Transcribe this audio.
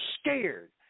scared